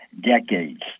decades